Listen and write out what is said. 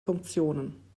funktionen